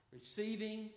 Receiving